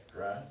right